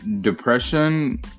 depression